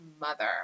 mother